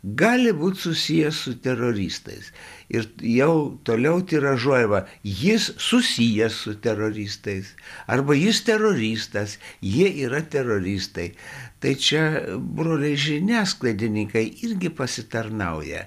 gali būt susiję su teroristais ir jau toliau tiražuojama jis susijęs su teroristais arba jis teroristas jie yra teroristai tai čia broliai žiniasklaidininkai irgi pasitarnauja